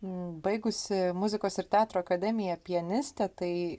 baigusi muzikos ir teatro akademiją pianistė tai